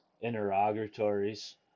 interrogatories